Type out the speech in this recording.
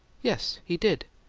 yes. he did.